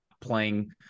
playing